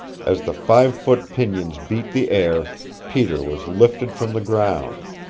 as the five-foot pinions beat the air peter was lifted from the ground.